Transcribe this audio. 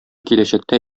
киләчәктә